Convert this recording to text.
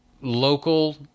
local